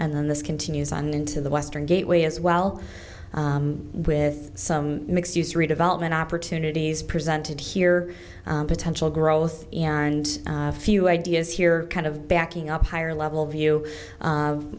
and then this continues on into the western gateway as well with some mixed use redevelopment opportunities presented here potential growth and a few ideas here kind of backing up higher level view